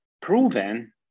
proven